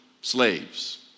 slaves